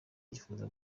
yifuza